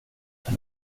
för